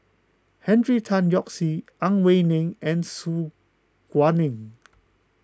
Henry Tan Yoke See Ang Wei Neng and Su Guaning